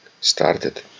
started